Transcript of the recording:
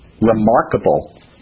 remarkable